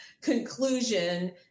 conclusion